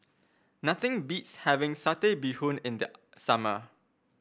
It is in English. nothing beats having Satay Bee Hoon in the summer